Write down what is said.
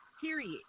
period